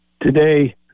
today